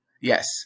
Yes